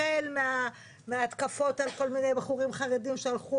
החל מההתקפות על כל מיני בחורים חרדים שהלכו